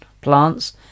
plants